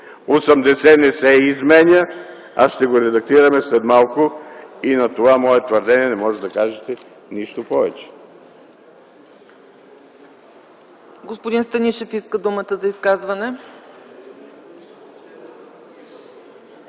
80 не се изменя, а ще го редактираме след малко. На това мое твърдение не можете да кажете нищо повече.